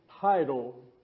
title